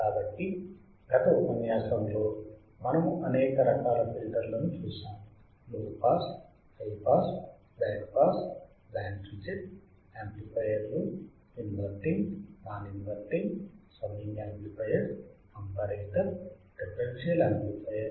కాబట్టి గత ఉపన్యాసములో మనము అనేక రకాల ఫిల్టర్లను చూశాము low pass high pass band pass band reject యాంప్లిఫైయర్లు inverting non inverting summing amplifier comparator differential amplifier